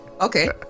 Okay